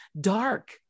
dark